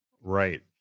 Right